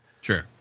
Sure